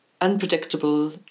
unpredictable